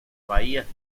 bahías